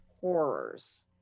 horrors